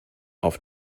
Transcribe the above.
auf